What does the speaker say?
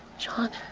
john,